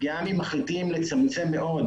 גם אם מחליטים לצמצם מאוד,